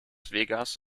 vegas